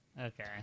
Okay